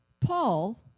Paul